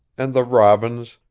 and the robins,